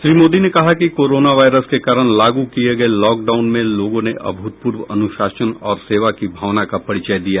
श्री मोदी ने कहा कि कोरोना वायरस के कारण लागू किए गए लॉकडाउन में लोगों ने अभूतपूर्व अनुशासन और सेवा की भावना का परिचय दिया है